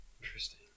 Interesting